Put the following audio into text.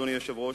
אדוני היושב-ראש,